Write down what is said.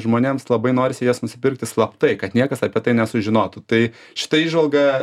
žmonėms labai norisi jas nusipirkti slaptai kad niekas apie tai nesužinotų tai šita įžvalga